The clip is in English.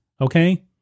Okay